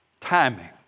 Timing